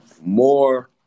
more